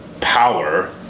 power